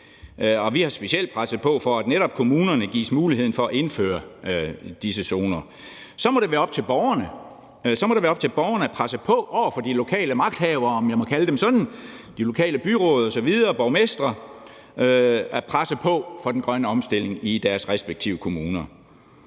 Vi har specielt presset på for, at netop kommunerne gives muligheden for at indføre disse zoner. Så må det være op til borgerne at presse på over for de lokale magthavere, om jeg må kalde dem sådan, de lokale byråd, borgmestre osv., altså presse på for den grønne omstilling i deres respektive kommuner.